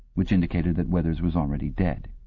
which indicated that withers was already dead.